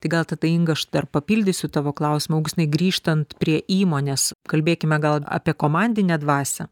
tai gal tada inga aš dar papildysiu tavo klausimą grįžtant prie įmonės kalbėkime gal apie komandinę dvasią